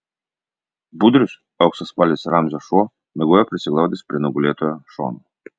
budrius auksaspalvis ramzio šuo miegojo prisiglaudęs prie nugalėtojo šono